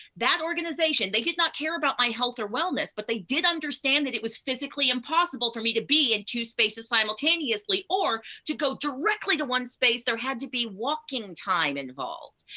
that organization, they did not care about my health or wellness, but they did understand that it was physically impossible for me to be in two spaces simultaneously, or to go directly to one space, there had to be walking time involved.